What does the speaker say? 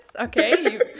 Okay